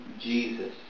Jesus